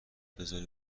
بزاری